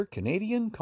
Canadian